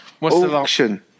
auction